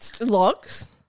Logs